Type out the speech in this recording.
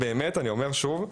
אני אומר שוב,